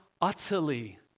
utterly